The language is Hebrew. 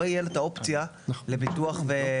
לא תהייה לה את האופציה לביטוח ולערבות.